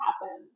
happen